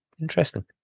interesting